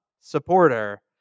supporter